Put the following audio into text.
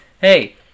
Hey